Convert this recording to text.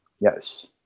Yes